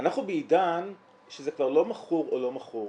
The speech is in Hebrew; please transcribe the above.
אנחנו בעידן שזה כבר לא מכור או לא מכור,